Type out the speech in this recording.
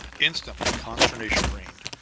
instantly consternation reigned.